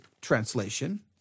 translation